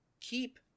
keep